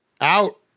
Out